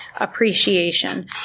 appreciation